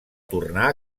tornar